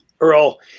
Earl